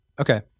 Okay